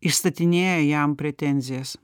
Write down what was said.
įstatinėja jam pretenzijas